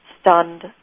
stunned